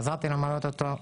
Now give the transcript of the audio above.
עזרתי להם למלא אותו.